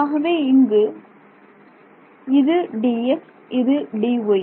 ஆகவே இங்கு இது Dx இது Dy